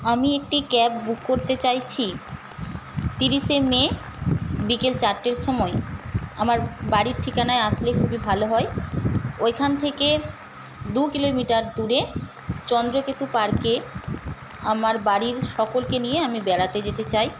আমি একটি cab book করতে চাইছি তিরিশে মে বিকেল চারটের সময় আমার বাড়ির ঠিকানায় আসলে খুবই ভালো হয় ওইখান থেকে দু কিলোমিটার দূরে চন্দ্রকেতু পার্কে আমার বাড়ির সকলকে নিয়ে আমি বেড়াতে যেতে চাই